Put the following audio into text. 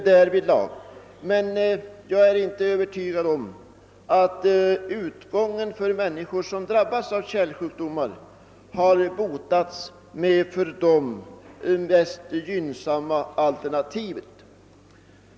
Jag vill bara säga att jag inte är övertygad om att människor som drabbas av kärlsjukdomar alltid botas med det för dem mest gynnsamma resultatet.